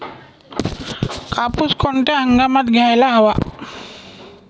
कापूस कोणत्या हंगामात घ्यायला हवा?